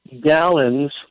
gallons